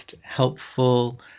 helpful